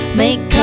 make